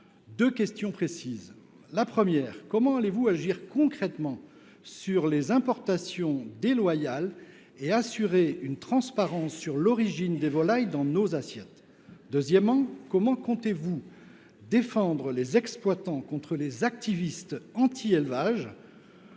deux questions précises. Premièrement, comment allez vous agir concrètement vis à vis des importations déloyales et assurer la transparence quant à l’origine des volailles dans nos assiettes ? Deuxièmement, comment comptez vous défendre les exploitants contre les activistes anti élevage ?